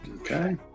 Okay